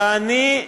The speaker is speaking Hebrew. ואני,